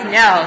no